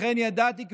לכן ידעתי,